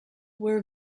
were